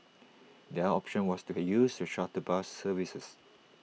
the option was to use the shuttle bus services